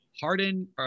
Harden